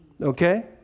okay